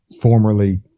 formerly